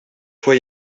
fue